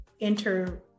enter